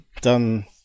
done